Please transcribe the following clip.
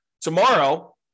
tomorrow